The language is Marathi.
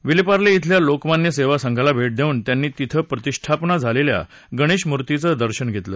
विलेपार्ले इथल्या लोकमान्य सेवा संघाला भेट देऊन त्यांनी तिथं प्रतिष्ठापना झालेल्या गणेशमूर्तीचं दर्शन घेतलं